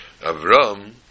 Avram